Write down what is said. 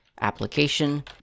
application